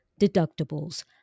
deductibles